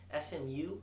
SMU